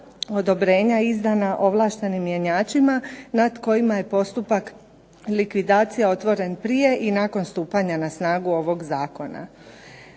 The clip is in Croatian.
odobrenja izdana ovlaštenim mjenjačima na kojima je postupak likvidacije otvoren prije i nakon stupanja na snagu ovog Zakona.